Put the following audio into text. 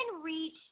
reach